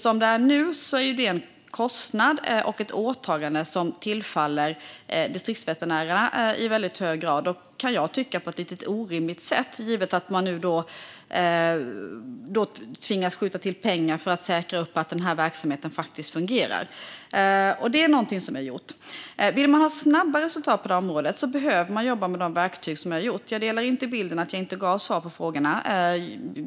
Som det är nu är detta nämligen en kostnad och ett åtagande som i hög grad tillfaller distriktsveterinärerna, och jag kan tycka att det är lite orimligt givet att vi tvingas skjuta till pengar för att säkra att verksamheten fungerar. Det är någonting vi har gjort. Vill man ha snabba resultat på det här området behöver man jobba med de verktyg som vi har gjort. Jag delar inte bilden att jag inte gav svar på frågorna.